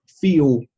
feel